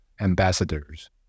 ambassadors